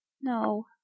No